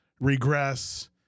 regress